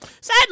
sad